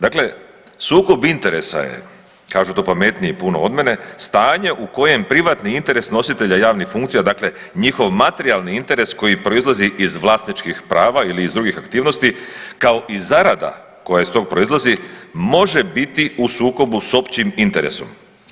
Dakle, sukob interesa je, kažu to pametniji puno od mene, stanje u kojem privatni interes nositelja javnih funkcija, dakle njihov materijalni interes koji proizlazi iz vlasničkih prava ili iz drugih aktivnosti, kao i zarada koja iz tog proizlazi, može biti u sukobu s općim interesom.